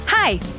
Hi